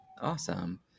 Awesome